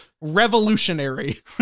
revolutionary